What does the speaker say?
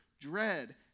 dread